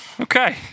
Okay